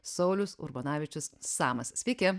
saulius urbonavičius samas sveiki